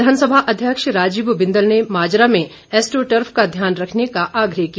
विघानसभा अध्यक्ष राजीव बिंदल ने माजरा में एस्टरोट्रफ का ध्यान रखने का आग्रह किया